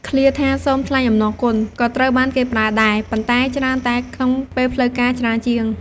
ឃ្លាថា "សូមថ្លែងអំណរគុណ" ក៏ត្រូវបានគេប្រើដែរ ប៉ុន្តែច្រើនតែក្នុងពេលផ្លូវការច្រើនជាង។